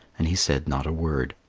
and he said not a word.